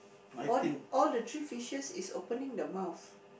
all all the three fishes is opening the mouth